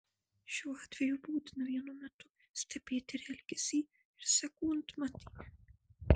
šiuo atveju būtina vienu metu stebėti ir elgesį ir sekundmatį